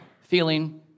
feeling